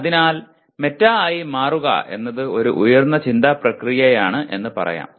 അതിനാൽ മെറ്റാ ആയി മാറുക എന്നത് ഒരു ഉയർന്ന ചിന്താ പ്രക്രിയയാണ് എന്ന് പറയാം